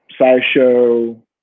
SciShow